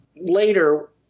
later